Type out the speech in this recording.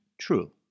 true